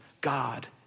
God